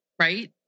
right